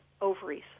ovaries